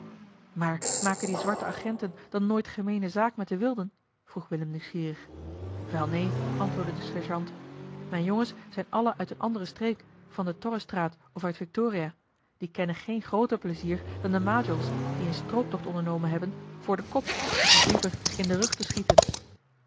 maar maken die zwarte agenten dan nooit gemeene zaak met de wilden vroeg willem nieuwsgierig wel neen antwoordde de sergeant mijne jongens zijn alle uit eene andere streek van de torresstraat of uit victoria die kennen geen grooter plezier dan de majols die een strooptocht ondernomen hebben voor den kop of nog liever in den rug te schieten